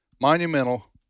monumental